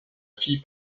fille